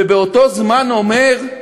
ובאותו זמן אומר: